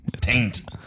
Taint